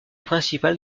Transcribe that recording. principale